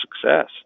success